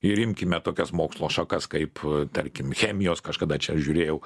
ir imkime tokias mokslo šakas kaip tarkim chemijos kažkada čia žiūrėjau